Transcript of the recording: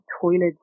toilets